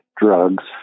drugs